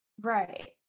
Right